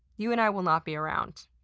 you and i will not be around.